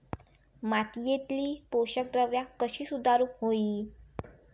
मातीयेतली पोषकद्रव्या कशी सुधारुक होई?